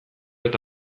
eta